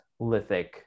lithic